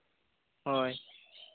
ᱦᱳᱭ